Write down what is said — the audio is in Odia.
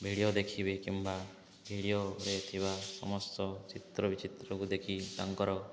ଭିଡ଼ିଓ ଦେଖିବେ କିମ୍ବା ଭିଡ଼ିଓରେ ଥିବା ସମସ୍ତ ଚିତ୍ର ବିଚିତ୍ରକୁ ଦେଖି ତାଙ୍କର